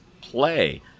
play